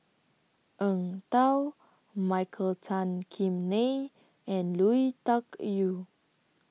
Eng Tow Michael Tan Kim Nei and Lui Tuck Yew